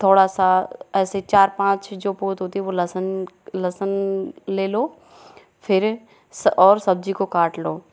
थोड़ा सा ऐसे चार पाँच जो पोत होती हैं वो लहसुन लहसुन ले लो फिर और सब्ज़ी को काट लो